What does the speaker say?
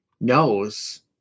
knows